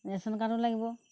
ration কাৰ্ডো লাগিব